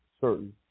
certain